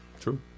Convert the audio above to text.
true